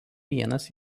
vienas